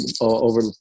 over